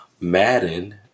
Madden